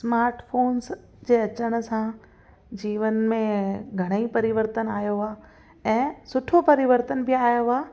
smartphones जे अचण सां जीवन में घणा ई परिवर्तन आहियो आहे ऐं सुठो परिवर्तन बि आहियो आहे